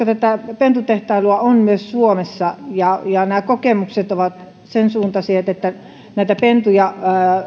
tätä pentutehtailua on myös suomessa ja ja kokemukset ovat sen suuntaiset että näitä pentuja